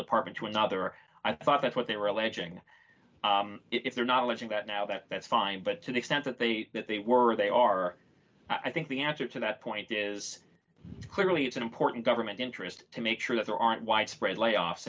department to another i thought that's what they were alleging if they're not alleging that now that that's fine but to the extent that they that they were they are i think the answer to that point is clearly it's an important government interest to make sure that there aren't widespread layoffs